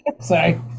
Sorry